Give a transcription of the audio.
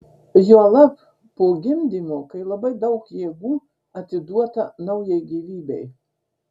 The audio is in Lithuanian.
juolab po gimdymo kai labai daug jėgų atiduota naujai gyvybei